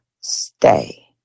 stay